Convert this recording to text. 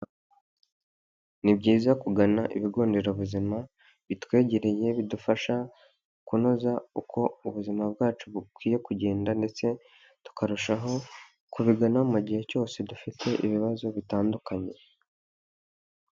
Ni byiza kugana ibigo nderabuzima bitwegereye bidufasha kunoza uko ubuzima bwacu bukwiye kugenda, ndetse tukarushaho kubigana mu gihe cyose dufite ibibazo bitandukanye.